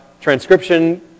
Transcription